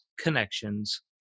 Connections